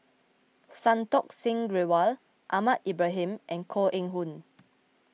Santokh Singh Grewal Ahmad Ibrahim and Koh Eng Hoon